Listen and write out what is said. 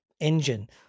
engine